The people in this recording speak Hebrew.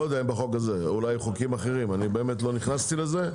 לא יודע אם בחוק הזה אולי חוקים אחרים אני באמת לא נכנסתי לזה,